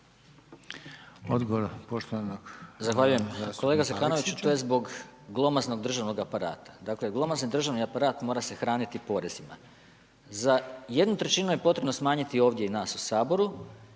Goran (SNAGA)** Zahvaljujem. Kolega Zekanović, to je zbog glomaznog državnog aparata. Dakle glomazni državni aparat mora se hraniti porezima. Za jednu trećinu je potrebno smanjiti ovdje i nas u Saboru